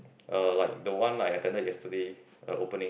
uh like the one I attended yesterday a opening